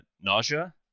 nausea